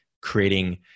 creating